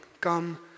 come